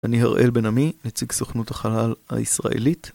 אני הראל בן עמי, נציג סוכנות החלל הישראלית